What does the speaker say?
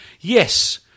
yes